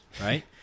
Right